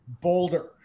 Boulder